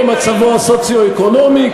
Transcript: כמו מצבו הסוציו-אקונומי,